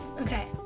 Okay